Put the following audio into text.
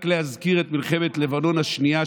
רק להזכיר את מלחמת לבנון השנייה,